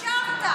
אדוני היושב-ראש.